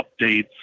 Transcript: updates